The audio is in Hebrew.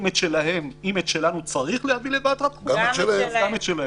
אם את שלנו צריך להביא לוועדת החוקה אז גם את שלהם.